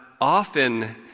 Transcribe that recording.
often